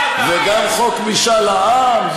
וגם חוק משאל עם,